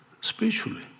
spiritually